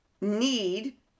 need